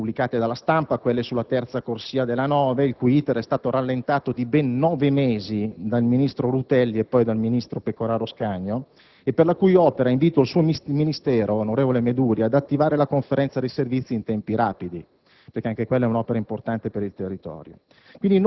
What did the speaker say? perché pubblicate sulla stampa, quelle sulla terza corsia della A9, il cui *iter* è stato rallentato di ben nove mesi dal ministro Rutelli e poi dal ministro Pecoraro Scanio e per il cui completamento invito il suo Ministero, onorevole Meduri, ad attivare la Conferenza dei servizi in tempi rapidi, perché anche quella è un'opera importante per il territorio.